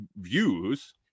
views